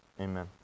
Amen